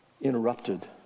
interrupted